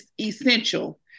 essential